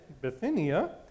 Bithynia